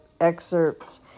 excerpts